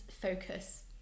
focus